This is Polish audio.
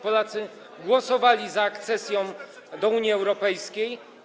Polacy głosowali za akcesją do Unii Europejskiej.